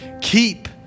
keep